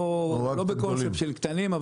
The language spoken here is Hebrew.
לא בקונספט של קטנים,